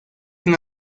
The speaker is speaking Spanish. una